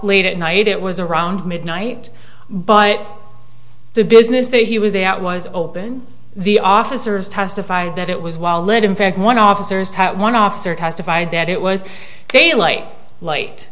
late at night it was around midnight but the business that he was a out was open the officers testified that it was while it in fact one officers one officer testified that it was daylight light